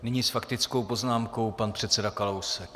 Nyní s faktickou poznámkou pan předseda Kalousek.